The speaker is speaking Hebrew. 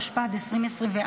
התשפ"ד 2024,